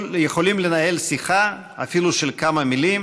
יכולים לנהל שיחה בערבית, אפילו של כמה מילים?